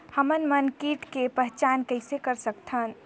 हमन मन कीट के पहचान किसे कर सकथन?